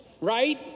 right